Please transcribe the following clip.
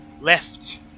left